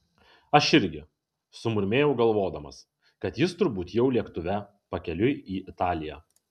aš irgi sumurmėjau galvodamas kad jis turbūt jau lėktuve pakeliui į italiją